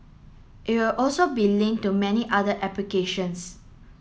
it would also be linked to many other applications